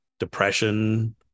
Depression